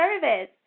service